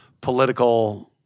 political